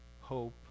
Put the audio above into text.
hope